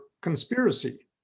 conspiracy